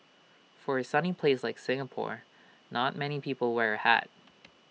for A sunny place like Singapore not many people wear A hat